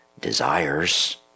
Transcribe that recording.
desires